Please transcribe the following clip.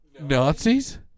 Nazis